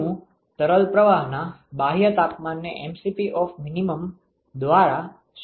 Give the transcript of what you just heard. હું તરલ પ્રવાહના બાહ્ય તાપમાનને mCp દ્વારા શોધી શકું છું